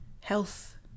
health